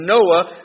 Noah